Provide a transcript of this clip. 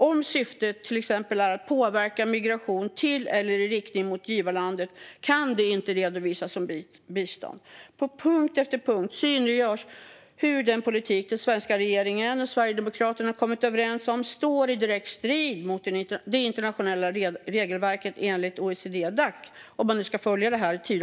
Om syftet till exempel är att påverka migration till eller i riktning mot givarlandet kan det inte redovisas som bistånd. På punkt efter punkt synliggörs hur den politik den svenska regeringen och Sverigedemokraterna kommit överens om i Tidöavtalet står i direkt strid med det internationella regelverket enligt OECD-Dac.